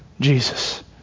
Jesus